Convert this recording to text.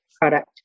product